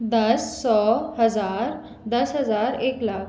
दस सौ हज़ार दस हज़ार एक लाख